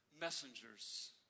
messengers